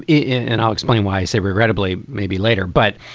it and i'll explain why i say regrettably, maybe later, but.